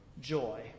joy